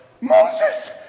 Moses